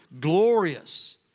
glorious